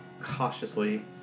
cautiously